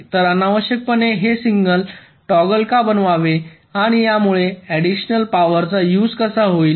तर अनावश्यकपणे हे सिग्नल टॉगल का बनवावे आणि यामुळे ऍडिशनल पावरचा यूझ कसा होईल